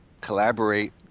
collaborate